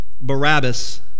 Barabbas